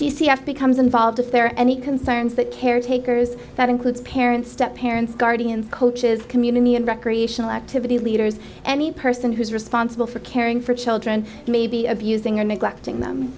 s becomes involved if there are any concerns that caretakers that includes parents step parents guardians coaches community and recreational activities leaders any person who's responsible for caring for children may be abusing or neglecting them